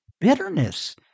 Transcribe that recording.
bitterness